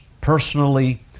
personally